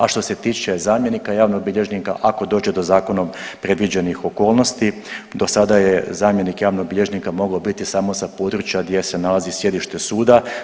A što se tiče zamjenika javnog bilježnika ako dođe do zakonom predviđenih okolnosti do sada je zamjenik javnog bilježnika mogao biti samo za područja gdje se nalazi sjedište suda.